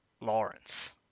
Lawrence